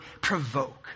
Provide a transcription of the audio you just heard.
provoke